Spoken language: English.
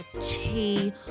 tea